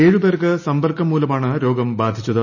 ഏഴ് പേർക്ക് സമ്പർക്കം മൂലമാണ് രോഗം ബാധിച്ചത്